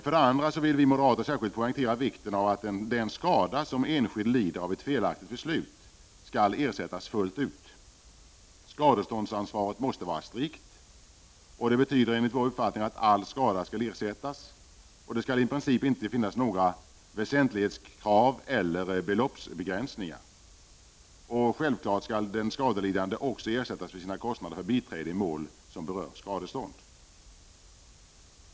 För det andra vill vi moderater särskilt poängtera vikten av att den skada som en enskild lider av ett felaktigt beslut skall ersättas fullt ut. Skadeståndsansvaret måste vara strikt. Det betyder enligt vår uppfattning att all skada skall ersättas. Det skall i princip inte finnas några väsentlighetskrav eller beloppsbegränsningar. Självfallet skall den skadelidande också ersättas för sina kostnader för biträde i mål som berör skadestånd.